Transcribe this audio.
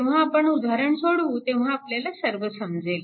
जेव्हा आपण उदाहरण सोडवू तेव्हा आपल्याला सर्व समजेल